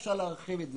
אפשר להרחיב את זה,